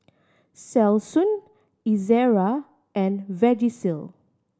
Selsun Ezerra and Vagisil